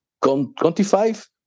25